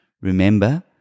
remember